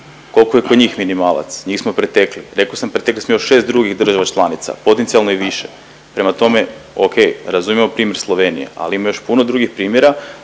koliko je kod njih minimalac? Njih smo pretekli. Rekao sam, pretekli smo još 6 drugih država članica, potencijalno i više. Prema tome, okej, razumijemo primjer Slovenije, ali ima još puno drugih primjera